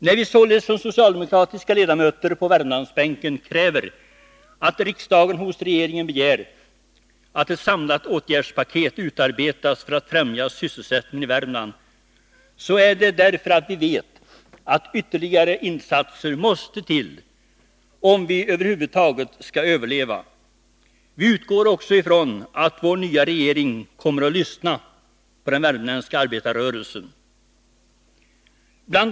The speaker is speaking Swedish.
När således vi socialdemokratiska ledamöter på Värmlandsbänken kräver att riksdagen hos regeringen begär att ett samlat åtgärdspaket utarbetas för att främja sysselsättningen i Värmland, är det därför att vi vet att ytterligare insatser måste till om vi över huvud taget skall överleva. Vi utgår också från att vår nya regering kommer att lyssna på den värmländska arbetarrörelsen. Bl.